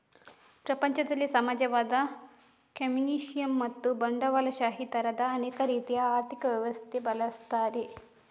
ಪ್ರಪಂಚದಲ್ಲಿ ಸಮಾಜವಾದ, ಕಮ್ಯುನಿಸಂ ಮತ್ತು ಬಂಡವಾಳಶಾಹಿ ತರದ ಅನೇಕ ರೀತಿಯ ಆರ್ಥಿಕ ವ್ಯವಸ್ಥೆ ಬಳಸ್ತಾರೆ